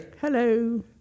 Hello